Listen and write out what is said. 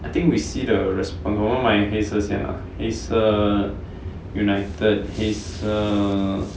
I think we see the response 我们买黑色先 lah 黑色 united 黑色